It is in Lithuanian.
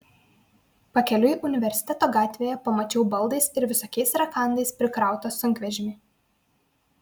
pakeliui universiteto gatvėje pamačiau baldais ir visokiais rakandais prikrautą sunkvežimį